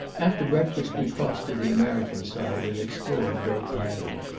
after breakfast we crossed to the american side, and explored goat island.